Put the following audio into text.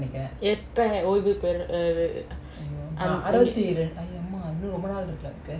எப்ப ஓய்வு பெர்ரது:eppa oivu perrathu ah